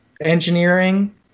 engineering